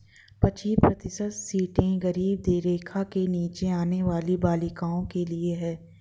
पच्चीस प्रतिशत सीटें गरीबी रेखा के नीचे आने वाली बालिकाओं के लिए है